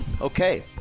Okay